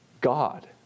God